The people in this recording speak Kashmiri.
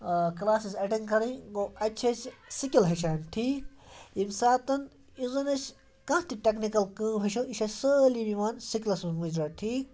کٕلاسِز اٮ۪ٹنٛڈ کَرٕنۍ گوٚو اَتہِ چھِ أسۍ سِکِل ہیٚچھان ٹھیٖک ییٚمہِ ساتہٕ یُس زَن أسۍ کانٛہہ تہِ ٹٮ۪کنِکٕل کٲم ہیٚچھو یہِ چھِ اَسہِ سٲلِم یِوان سِکلَس منٛز مُجراہ ٹھیٖک